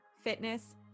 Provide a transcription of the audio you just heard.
fitness